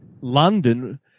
London